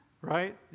right